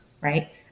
right